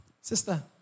Sister